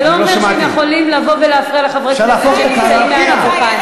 זה לא אומר שהם יכולים לבוא ולהפריע לחברי כנסת שנמצאים על הדוכן.